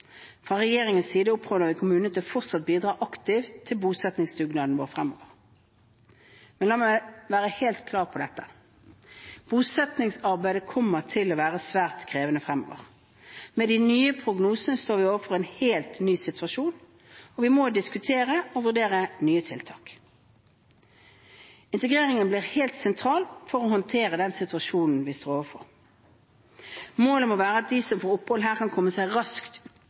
Fra regjeringens side oppfordrer vi kommunene til fortsatt å bidra aktivt til bosettingsdugnaden fremover. La meg være helt klar på dette: Bosettingsarbeidet kommer til å være svært krevende fremover. Med de nye prognosene står vi overfor en helt ny situasjon. Vi må diskutere og vurdere nye tiltak. Integrering blir helt sentralt for å håndtere den situasjonen vi står overfor. Målet må være at de som får opphold her, kan komme seg raskt